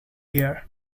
hair